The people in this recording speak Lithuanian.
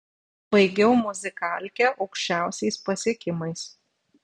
baigiau muzikalkę aukščiausiais pasiekimais